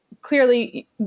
clearly